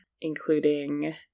including